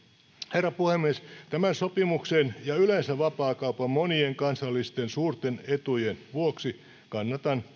herra puhemies tämän sopimuksen ja yleensä vapaakaupan monien kansallisten suurten etujen vuoksi kannatan